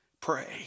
Pray